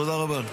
תודה רבה.